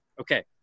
Okay